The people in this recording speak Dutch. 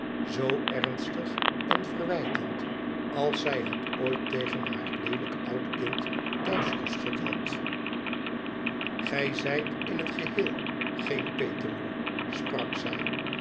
zoo ernstig en verwijtend als zij het ooit tegen haar leelijk oud kind thuis geschud had tgij zijt in het geheel geen petemoei sprak zij